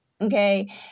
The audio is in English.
okay